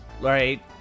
right